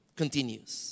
continues